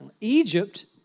Egypt